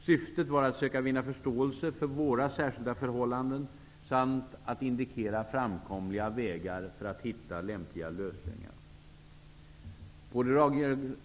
Syftet var att söka vinna förståelse för våra särskilda förhållanden samt att indikera framkomliga vägar för att hitta tänkbara lösningar.